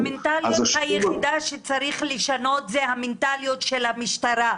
המנטליות היחידה שצריך לשנות זו המנטליות של המשטרה.